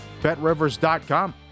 BetRivers.com